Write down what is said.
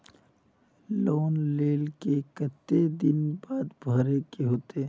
Loan लेल के केते दिन बाद भरे के होते?